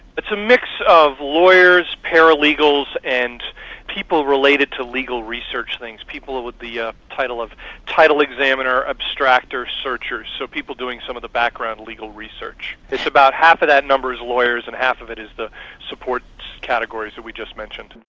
it's a mix of lawyers, paralegals, and people related to legal research, people with the ah title of title examiner, abstractor, searchers, so people doing some of the background legal research. it's about half of that number's lawyers, and half of it is the support categories that we just mentioned.